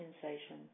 sensation